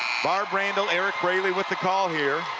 barb randall, eric brayly with the call here.